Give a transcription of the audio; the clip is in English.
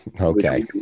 okay